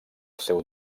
seu